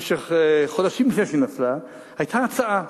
חודשים לפני שהיא נפלה, היתה הצעה.